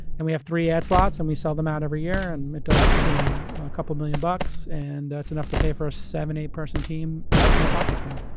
and we have three ads slots and we sell them out every every year and it does you know a couple million bucks and it's enough to pay for a seven, eight person team that works on the podcast now.